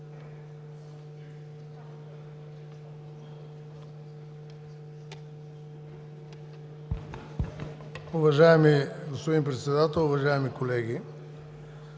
Уважаеми господин Председател, уважаеми колеги!